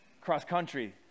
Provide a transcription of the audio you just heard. cross-country